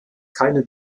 keine